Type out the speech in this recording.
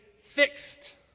fixed